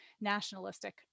nationalistic